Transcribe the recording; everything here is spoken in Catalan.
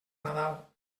nadal